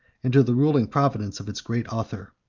and to the ruling providence of its great author.